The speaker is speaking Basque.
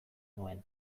nuen